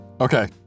Okay